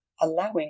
allowing